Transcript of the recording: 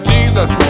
Jesus